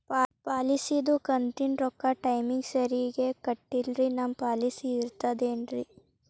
ಪಾಲಿಸಿದು ಕಂತಿನ ರೊಕ್ಕ ಟೈಮಿಗ್ ಸರಿಗೆ ಕಟ್ಟಿಲ್ರಿ ನಮ್ ಪಾಲಿಸಿ ಇರ್ತದ ಏನ್ರಿ?